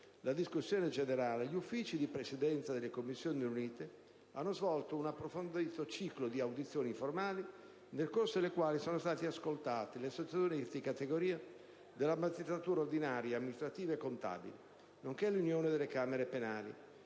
16 giugno 2010, gli Uffici di Presidenza delle Commissioni riunite hanno svolto un approfondito ciclo di audizioni informali, nel corso del quale sono stati ascoltati: le associazioni di categoria della magistratura ordinaria, amministrativa e contabile, nonché l'Unione delle camere penali;